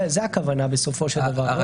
זאת הכוונה בסופו של דבר.